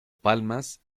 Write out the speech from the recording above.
palmas